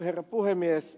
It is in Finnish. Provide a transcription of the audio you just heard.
herra puhemies